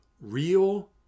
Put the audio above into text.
real